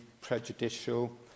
prejudicial